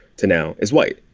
to now is white.